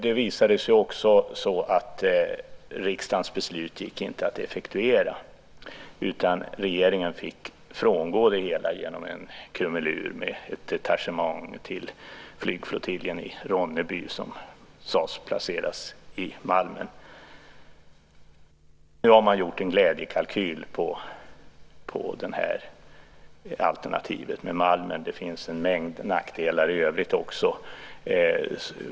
Det visade sig också att riksdagens beslut inte gick att effektuera, utan regeringen fick frångå det hela genom en krumelur med ett detachement till flygflottiljen i Ronneby som sades placeras på Malmen. Nu har man gjort en glädjekalkyl för alternativet med Malmen. Det finns en mängd nackdelar i övrigt också.